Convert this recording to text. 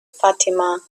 fatima